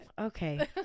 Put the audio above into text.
Okay